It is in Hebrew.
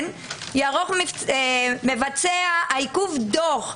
יערוך מבצע העיכוב דוח,